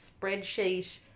spreadsheet